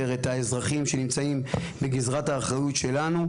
את האזרחים שנמצאים בגזרת האחריות שלנו,